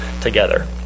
together